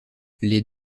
les